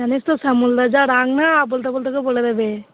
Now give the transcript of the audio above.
জানিস তো শ্যামলদার যা রাগ না বলতে বলতে তোকে বলে দেবে